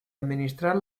administrar